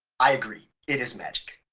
i agree, it is magic,